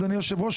אדוני היושב ראש,